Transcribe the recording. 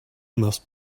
must